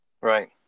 Right